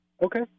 okay